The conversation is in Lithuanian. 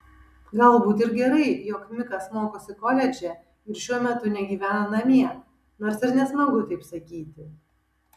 galbūt ir gerai jog mikas mokosi koledže ir šuo metu negyvena namie nors ir nesmagu taip sakyti